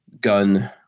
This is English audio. gun